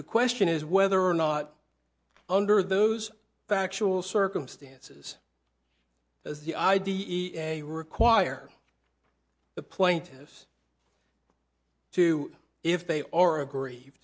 the question is whether or not under those factual circumstances as the i d e a require the plaintiffs to if they or agree